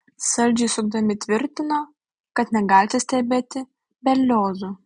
saldžiai suokdami tvirtino kad negali atsistebėti berliozu